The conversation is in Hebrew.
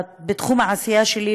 בתחום העשייה שלי,